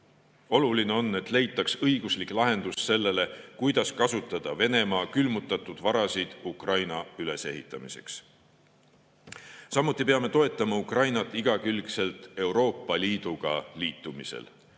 Oluline on, et leitaks õiguslik lahendus sellele, kuidas kasutada Venemaa külmutatud varasid Ukraina ülesehitamiseks. Samuti peame toetama Ukrainat igakülgselt Euroopa Liiduga liitumisel.